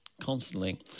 constantly